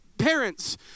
parents